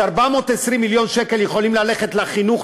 ש-420 מיליון שקל יכולים ללכת לחינוך,